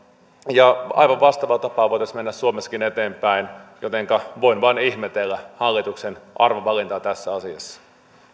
aivan vastaavaan tapaan voitaisiin mennä suomessakin eteenpäin jotenka voin vain ihmetellä hallituksen arvovalintaa tässä asiassa